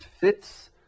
fits